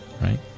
right